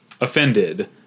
offended